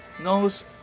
knows